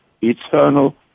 eternal